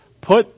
put